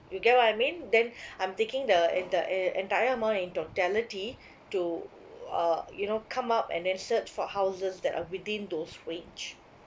you get what I mean then I'm taking the in the en~ entire amount in totality to uh you know come up and then search for houses that are within those range